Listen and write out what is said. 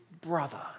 brother